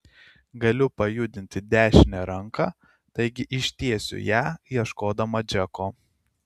galiu pajudinti dešinę ranką taigi ištiesiu ją ieškodama džeko